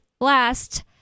last